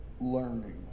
learning